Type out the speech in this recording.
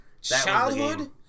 childhood